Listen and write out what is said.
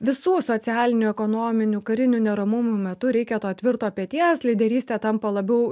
visų socialinių ekonominių karinių neramumų metu reikia to tvirto peties lyderystė tampa labiau